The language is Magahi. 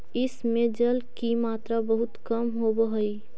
इस में जल की मात्रा बहुत कम होवअ हई